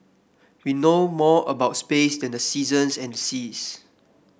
we know more about space than the seasons and the seas